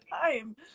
time